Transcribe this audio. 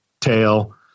tail